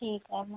ठीक आहे मग